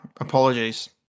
Apologies